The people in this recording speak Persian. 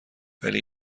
ولی